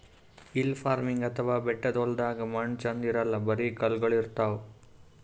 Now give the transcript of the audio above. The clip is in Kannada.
ಹಿಲ್ ಫಾರ್ಮಿನ್ಗ್ ಅಥವಾ ಬೆಟ್ಟದ್ ಹೊಲ್ದಾಗ ಮಣ್ಣ್ ಛಂದ್ ಇರಲ್ಲ್ ಬರಿ ಕಲ್ಲಗೋಳ್ ಇರ್ತವ್